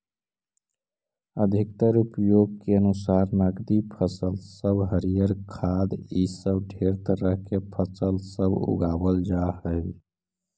अधिकतर उपयोग के अनुसार नकदी फसल सब हरियर खाद्य इ सब ढेर तरह के फसल सब उगाबल जा हई